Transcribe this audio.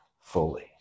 fully